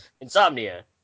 Insomnia